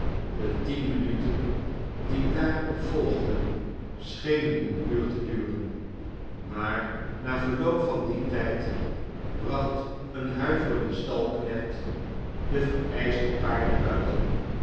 de tien minuten die daarop volgden schenen een uur te duren maar na verloop van dien tijd bracht een huiverende stalknecht de vereischte paarden buiten